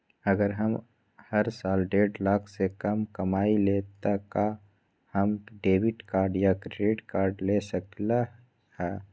अगर हम हर साल डेढ़ लाख से कम कमावईले त का हम डेबिट कार्ड या क्रेडिट कार्ड ले सकली ह?